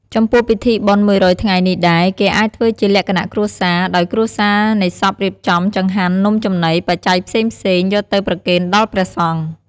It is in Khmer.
ចំពោះពិធីបុណ្យមួយរយថ្ងៃនេះដែរ គេអាចធ្វើជាលក្ខណៈគ្រួសារ ដោយគ្រួសារនៃសពរៀបចំ ចង្ហាន់ នំចំណី បច្ច័យផ្សេងៗ យកទៅប្រគេនដល់ព្រះសង្ឃ។